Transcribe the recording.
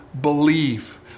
believe